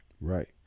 Right